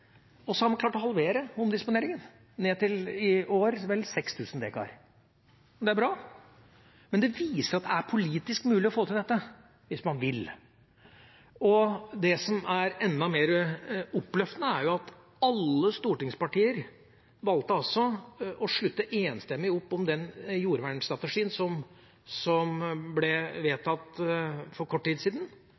politisk mulig å få til dette hvis man vil. Det som er enda mer oppløftende, er at alle stortingspartier valgte å slutte enstemmig opp om den jordvernstrategien som ble vedtatt for kort tid siden